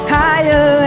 higher